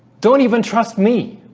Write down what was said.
don't even trust me